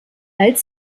als